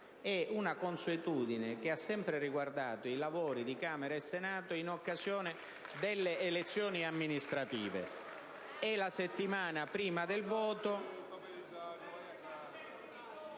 ad una consuetudine che ha sempre riguardato i lavori di Camera e Senato in occasione delle elezioni amministrative. *(Applausi dai Gruppi